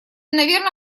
наверно